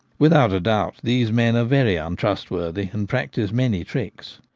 without a doubt these men are very untrustworthy, and practise many tricks.